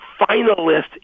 finalist